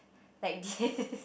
like this